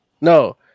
No